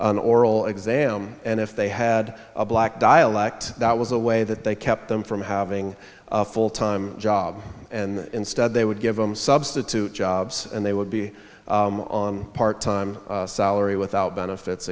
an oral exam and if they had a black dialect that was a way that they kept them from having a full time job and instead they would give them substitute jobs and they would be on part time salary without benefits